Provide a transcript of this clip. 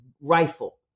rifle